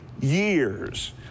years